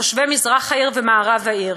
תושבי מזרח העיר ומערב העיר.